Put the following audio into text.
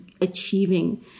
achieving